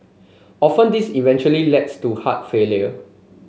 often this eventually leads to heart failure